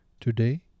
Today